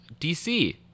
DC